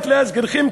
רק להזכירכם,